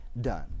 done